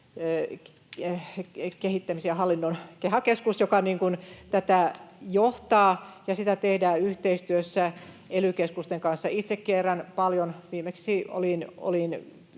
kehittämisen ja hallinnon KEHA-keskus, joka tätä johtaa, ja sitä tehdään yhteistyössä ely-keskusten kanssa. Itse kierrän paljon, viimeksi olin